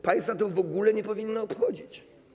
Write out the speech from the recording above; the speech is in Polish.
Państwa to w ogóle nie powinno obchodzić.